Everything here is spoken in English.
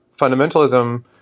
fundamentalism